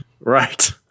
Right